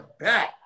back